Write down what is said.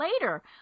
later